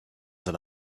that